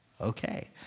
Okay